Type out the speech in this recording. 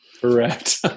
Correct